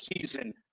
season